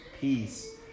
peace